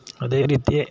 ಅದೇ ರೀತಿ